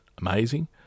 amazing